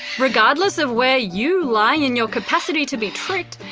regardless of where you lie in your capacity to be tricked,